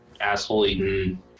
asshole-eating